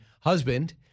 husband